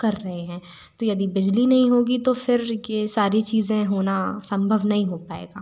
कर रहे हैं तो यदि बिजली नहीं होगी तो फिर ये सारी चीजे़ं होना संभव नहीं हो पाएगा